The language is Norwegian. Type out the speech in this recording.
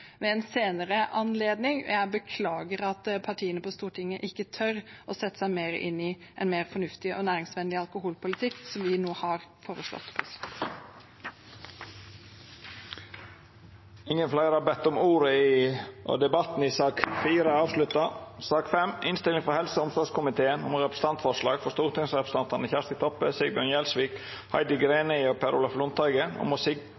ved en senere anledning. Jeg beklager at partiene på Stortinget ikke tør å sette seg mer inn i en mer fornuftig og næringsvennlig alkoholpolitikk som vi nå har foreslått. Fleire har ikkje bedt om ordet til sak nr. 4. Etter ynske frå helse- og omsorgskomiteen vil presidenten ordna debatten slik: 3 minutt til kvar partigruppe og